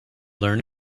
learn